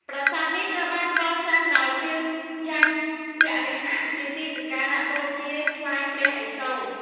ប្រាសាទនេះត្រូវបានកសាងដោយព្រាហ្មណ៍យជ្ញវរាហៈ ជាទីសក្ការៈបូជាថ្វាយព្រះឥសូរ។